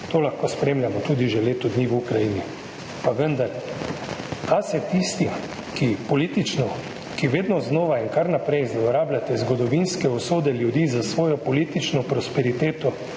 To lahko spremljamo tudi že leto dni v Ukrajini. Pa vendar, ali se tisti, ki vedno znova in kar naprej zlorabljate zgodovinske usode ljudi za svojo politično prosperiteto